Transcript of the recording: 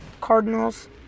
Cardinals